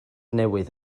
newydd